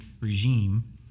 regime